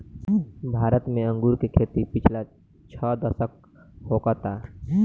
भारत में अंगूर के खेती पिछला छह दशक होखता